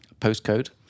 postcode